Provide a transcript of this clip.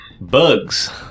Bugs